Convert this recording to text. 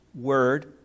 word